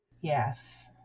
Yes